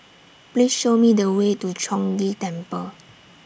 Please Show Me The Way to Chong Ghee Temple